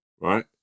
right